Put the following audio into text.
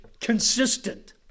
consistent